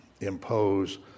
impose